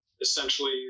essentially